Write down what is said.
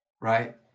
Right